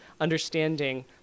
understanding